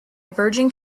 virgin